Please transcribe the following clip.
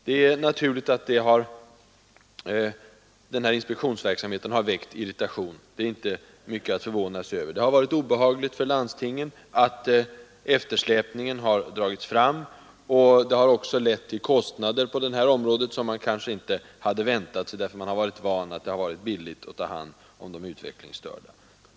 Det är naturligt att denna inspektionsverksamhet har väckt irritation — det är inte mycket att förvåna sig över. Det har varit obehagligt för landstingen att eftersläpningen dragits fram, och det har också lett till kostnader på detta område som man kanske inte hade väntat sig; man har varit van att det har varit billigt att ta hand om de utvecklingsstörda.